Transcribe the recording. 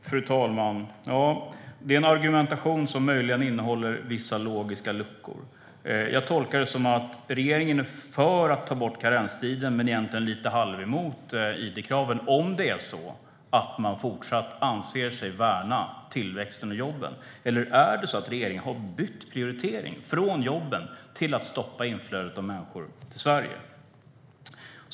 Fru talman! Det är en argumentation som möjligen innehåller vissa logiska luckor. Jag tolkar det som att regeringen är för att ta bort karenstiden men egentligen är lite halvt emot id-kraven. Anser regeringen sig fortsatt värna om tillväxten och jobben, eller har man bytt prioritering, från jobben till att stoppa inflödet av människor till Sverige?